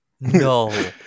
no